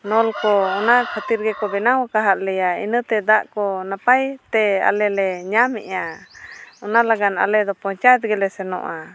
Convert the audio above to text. ᱱᱚᱞ ᱠᱚ ᱚᱱᱟ ᱠᱷᱟᱹᱛᱤᱨ ᱜᱮᱠᱚ ᱵᱮᱱᱟᱣ ᱟᱠᱟᱣᱦᱟᱫ ᱞᱮᱭᱟ ᱤᱱᱟᱹᱛᱮ ᱫᱟᱜ ᱠᱚ ᱱᱟᱯᱟᱭ ᱛᱮ ᱟᱞᱮ ᱞᱮ ᱧᱟᱢᱮᱜᱼᱟ ᱚᱱᱟ ᱞᱟᱜᱟᱱ ᱟᱞᱮ ᱫᱚ ᱯᱚᱧᱪᱟᱭᱮᱛ ᱥᱮᱱᱚᱜᱼᱟ